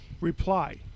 Reply